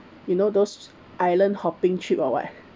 you know those island hopping trip or what